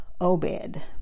Obed